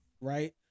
right